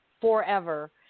forever